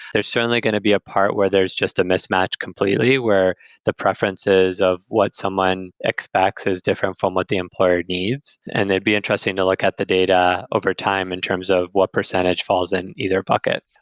there's certainly going to be a part where there's just a mismatch completely where the preferences of what someone expects is different from what the employer needs, and they'd be interesting to look at the data over time in terms of what percentage falls in either bucket.